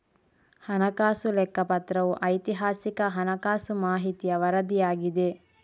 ಹಣಕಾಸು ಲೆಕ್ಕಪತ್ರವು ಐತಿಹಾಸಿಕ ಹಣಕಾಸು ಮಾಹಿತಿಯ ವರದಿಯಾಗಿದೆ